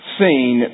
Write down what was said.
seen